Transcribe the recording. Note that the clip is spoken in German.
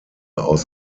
aus